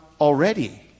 already